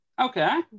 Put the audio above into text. Okay